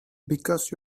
because